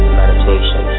meditation